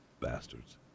Bastards